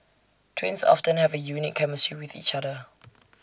twins often have A unique chemistry with each other